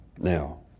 Now